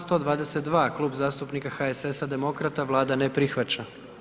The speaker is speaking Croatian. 122, Klub zastupnika HSS-a i Demokrata, Vlada ne prihvaća.